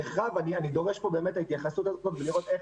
אני דורש פה באמת התייחסות ולראות איך